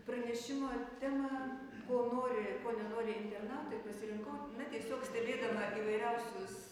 pranešimo temą ko nori ir ko nenori internautai pasirinkau na tiesiog stebėdama įvairiausius